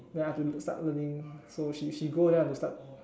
then I have to start learning so if she she go then I have to start